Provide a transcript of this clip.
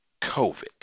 COVID